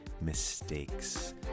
mistakes